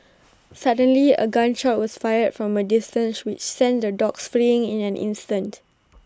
suddenly A gun shot was fired from A distance which sent the dogs fleeing in an instant